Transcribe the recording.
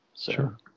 Sure